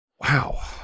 Wow